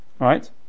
Right